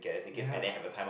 ya